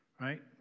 right